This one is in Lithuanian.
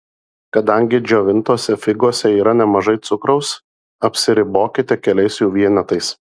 kadangi džiovintose figose yra nemažai cukraus apsiribokite keliais jų vienetais